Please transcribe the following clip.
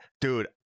dude